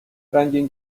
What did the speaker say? رنگین